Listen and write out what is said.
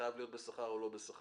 חייב להיות בשכר או לא בשכר.